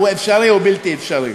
הוא אפשרי או בלתי אפשרי?